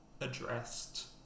addressed